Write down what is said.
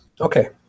Okay